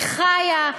היא חיה,